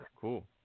Cool